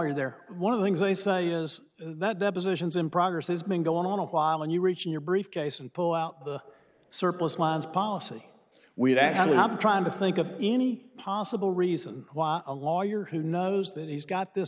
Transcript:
lawyer there one of the things they say is that depositions in progress has been going on a while and you reach in your briefcase and pull out the surplus miles policy we've actually i'm trying to think of any possible reason why a lawyer who knows that he's got this